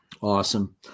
Awesome